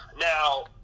now